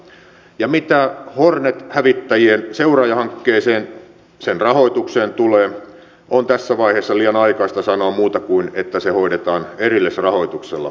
ja mitä hornet hävittäjien seuraajahankkeeseen sen rahoitukseen tulee on tässä vaiheessa liian aikaista sanoa muuta kuin että se hoidetaan erillisrahoituksella